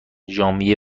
ژانویه